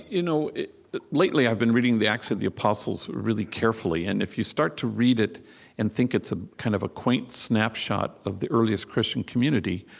you know lately, i've been reading the acts of the apostles really carefully. and if you start to read it and think it's a kind of quaint snapshot of the earliest christian community,